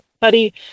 buddy